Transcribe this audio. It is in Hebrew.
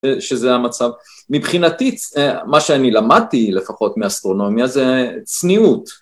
שזה המצב. מבחינתי, מה שאני למדתי לפחות מאסטרונומיה זה צניעות.